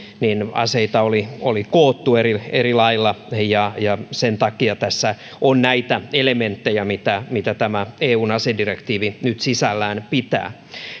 aseita oli oli koottu eri eri lailla ja ja sen takia tässä on näitä elementtejä mitä mitä tämä eun asedirektiivi nyt sisällään pitää